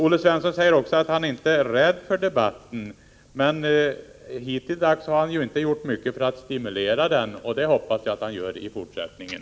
Olle Svensson säger också att han inte är rädd för debatten. Hittilldags har han emellertid inte gjort mycket för att stimulera den, men det hoppas jag att han gör i fortsättningen.